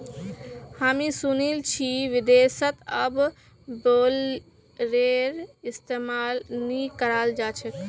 हामी सुनील छि विदेशत अब बेलरेर इस्तमाल नइ कराल जा छेक